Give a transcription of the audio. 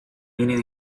meaning